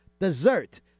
Dessert